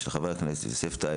של חברי הכנסת יוסף טייב,